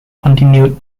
continued